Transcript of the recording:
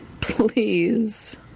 Please